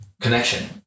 connection